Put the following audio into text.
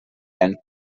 and